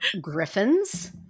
Griffins